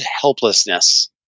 helplessness